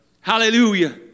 Hallelujah